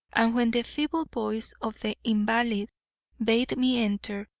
and when the feeble voice of the invalid bade me enter,